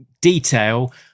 detail